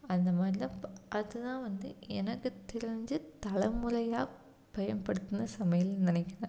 அந்த மாதிரி தான் அது தான் வந்து எனக்கு தெரிஞ்சு தலை முறையாக பயன்படுத்தின சமையல்னு நினைக்கிறேன்